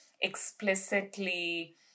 explicitly